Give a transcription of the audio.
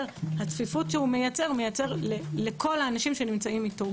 הצפיפות שהוא מייצר מיוצרת לכל האנשים שגם נמצאים איתו,